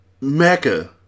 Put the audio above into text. Mecca